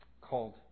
called